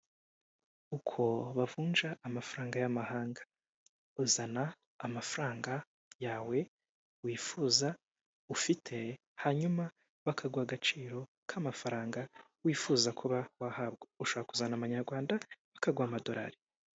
Uko bavunja amafaranga y'amamahanga, uzana amafaranga yawe wifuza ufite hanyuma bakaguha agaciro k'amafaranga wifuza kuba wahabwa. Ushobora kuzana amanyarwanda bakaguha amadorari.